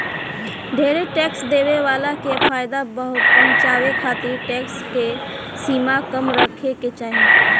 ढेरे टैक्स देवे वाला के फायदा पहुचावे खातिर टैक्स के सीमा कम रखे के चाहीं